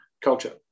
culture